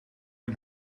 een